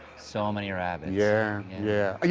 so many rabbits. yeah, yeah,